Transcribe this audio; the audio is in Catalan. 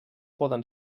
poden